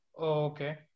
okay